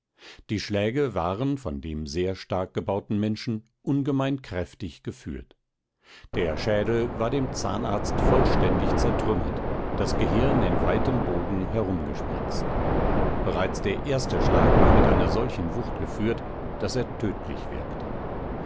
die schläge waren von dem sehr stark gebauten menschen ungemein kräftig geführt der schädel war dem zahnarzt vollständig zertrümmert das gehirn in weitem bogen herumgespritzt bereits der erste schlag war mit einer solchen wucht geführt daß er tödlich wirkte